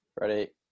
Ready